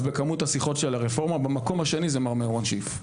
בכמות השיחות שעל הרפורמה במקום השני זה מר מירום שיף.